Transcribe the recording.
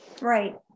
Right